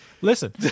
listen